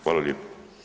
Hvala lijepo.